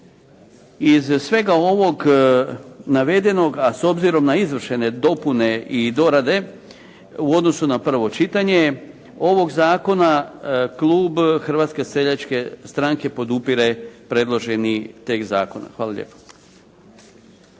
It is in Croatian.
Iz svega ovog navedenog, a s obzirom na izvršene dopune i dorade u odnosu na prvo čitanje ovog zakona, klub Hrvatske seljačke stranke podupire predloženi tekst zakona. Hvala lijepo.